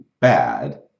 bad